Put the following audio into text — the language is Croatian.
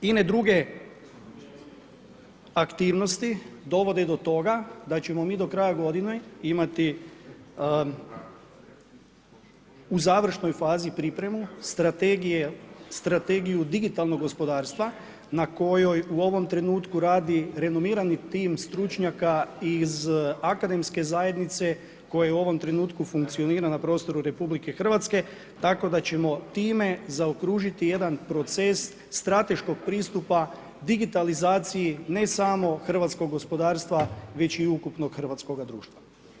Ine druge aktivnosti dovode do toga da ćemo mi do kraja godine imati u završenoj fazi pripremu, Strategiju digitalnog gospodarstva na kojoj u ovom trenutku radi renomirani tim stručnjaka iz akademske zajednice koja u ovom trenutku funkcionira na prostoru RH tako da ćemo time zaokružiti jedan proces strateškog pristupa digitalizaciji, ne samo hrvatskog gospodarstva već i ukupnog hrvatskoga društva.